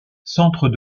centre